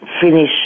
finish